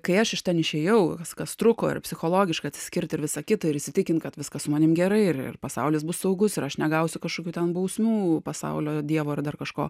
kai aš iš ten išėjau viskas truko ir psichologiškai atsiskirti ir visą kita ir įsitikinti kad viskas su manim gerai ir pasaulis bus saugus ir aš negausiu kažkokių ten bausmių pasaulio dievo ar dar kažko